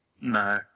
No